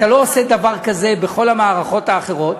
אתה לא עושה דבר כזה בכל המערכות האחרות.